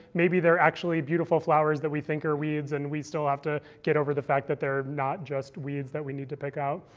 maybe they're actually beautiful flowers that we think are weeds, and we still have to get over the fact that they're not just weeds that we need to pick out.